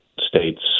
states